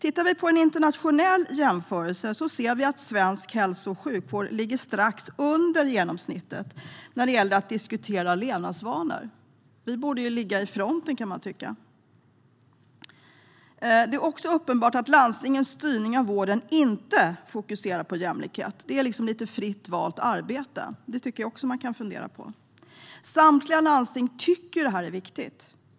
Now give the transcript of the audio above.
I en internationell jämförelse ser vi att svensk hälso och sjukvård ligger strax under genomsnittet vad gäller att diskutera levnadsvanor. Vi borde ligga i fronten, kan jag tycka. Det är också uppenbart att landstingens styrning av vården inte fokuserar på jämlikhet. Det är liksom lite fritt valt arbete. Det kan man också fundera på. Samtliga landsting tycker att detta är viktigt.